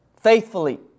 faithfully